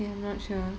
okay I'm not sure